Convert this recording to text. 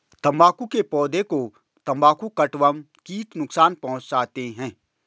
तंबाकू के पौधे को तंबाकू कटवर्म कीट नुकसान पहुंचाते हैं